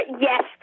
Yes